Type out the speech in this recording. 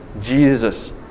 Jesus